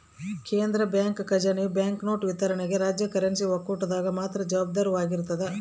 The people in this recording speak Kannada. ಕೇಂದ್ರ ಬ್ಯಾಂಕ್ ಖಜಾನೆಯು ಬ್ಯಾಂಕ್ನೋಟು ವಿತರಣೆಗೆ ರಾಜ್ಯ ಕರೆನ್ಸಿ ಒಕ್ಕೂಟದಾಗ ಮಾತ್ರ ಜವಾಬ್ದಾರವಾಗಿರ್ತದ